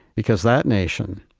because that nation